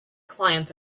clients